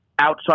outside